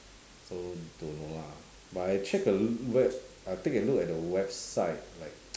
so don't know lah but I check a web I take a look at the website like